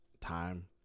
time